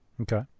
okay